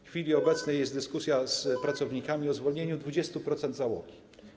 W chwili obecnej jest dyskusja z pracownikami o zwolnieniu 20% załogi.